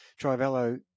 Trivello